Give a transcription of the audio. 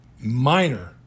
minor